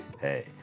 hey